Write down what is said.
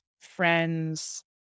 friends